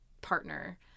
partner